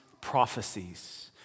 prophecies